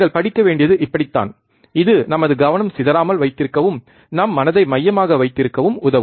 நீங்கள் படிக்க வேண்டியது இப்படித்தான் இது நமது கவனம் சிதறாமல் வைத்திருக்கவும் நம் மனதை மையமாக வைத்திருக்கவும் உதவும்